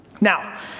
Now